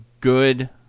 good